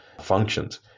functions